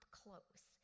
close